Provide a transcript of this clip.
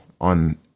on